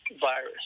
virus